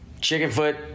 Chickenfoot